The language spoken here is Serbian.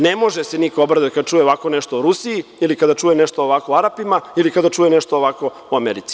Ne može niko da se obraduje kada čuje ovako nešto o Rusiji ili kada čuje nešto ovako o Arapima ili kada čuje nešto ovako o Americi.